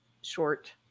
Short